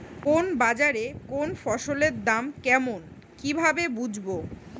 কোন বাজারে কোন ফসলের দাম কেমন কি ভাবে বুঝব?